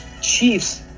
Chiefs